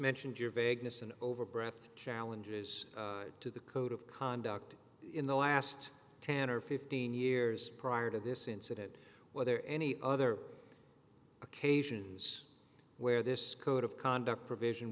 mentioned your vagueness an overbroad challenges to the code of conduct in the last ten or fifteen years prior to this incident whether any other occasions where this code of conduct provision